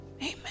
amen